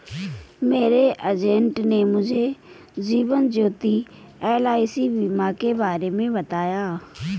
मेरे एजेंट ने मुझे जीवन ज्योति एल.आई.सी बीमा के बारे में बताया